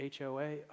HOA